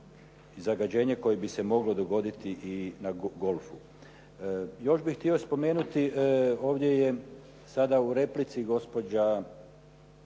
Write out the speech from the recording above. i zagađenje koje bi se moglo dogoditi na golfu. Još bih htio spomenuti, ovdje je sada u replici gospođa